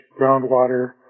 groundwater